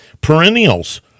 Perennials